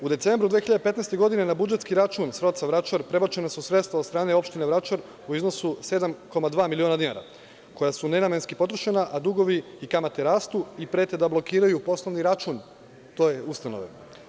U decembru 2015. godine na budžetski račun SROC-a Vračar prebačena su sredstva od strane opštine Vračar u iznosu 7,2 miliona dinara, koja su nenamenski potrošena, a dugovi i kamate rastu i prete da blokiraju poslovni račun toj ustanovi.